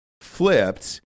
flipped